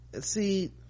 See